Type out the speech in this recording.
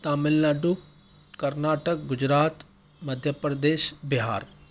Tamil Nadu Karnataka Gujarat Madhya Pradesh Bihar